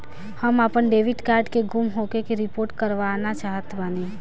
हम आपन debit card के गुम होखे के रिपोर्ट करवाना चाहत बानी